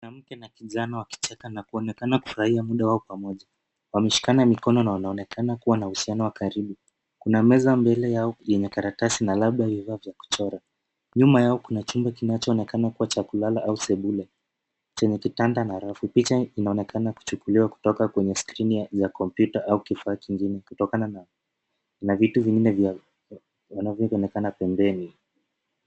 Mwanamke na kijana wakicheka na kuonekana kufurahia muda wao pamoja, wameshikana mikono na wanaonekana kuwa na uhusiano wa karibu. Kuna meza mbele yao, yenye karatasi na labda vifaa vya kuchora. Nyuma yao kuna chungu kinachoonekana kuwa cha kulala au sebule, chenye kitanda na rafu. Picha inaonekana kuchukuliwa kutoka kwenye skrini ya kompyuta au kifaa kingine, kutokana na vitu vingine vya vinavyoonekana pembeni.